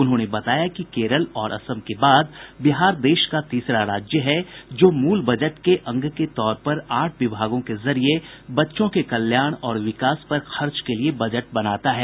उन्होंने बताया कि केरल और असम के बाद बिहार देश का तीसरा राज्य है जो मूल बजट के अंग के तौर पर आठ विभागों के जरिये बच्चों के कल्याण और विकास पर खर्च के लिये बजट बनाता है